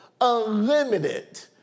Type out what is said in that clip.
unlimited